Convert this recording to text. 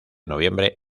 noviembre